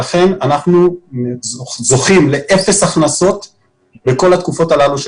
לכן אנחנו זוכים לאפס הכנסות בכל התקופות הללו של